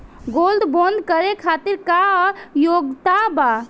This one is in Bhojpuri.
गोल्ड बोंड करे खातिर का योग्यता बा?